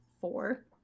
four